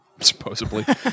Supposedly